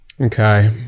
Okay